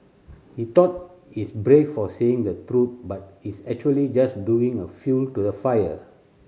he thought he's brave for saying the truth but he's actually just doing a fuel to the fire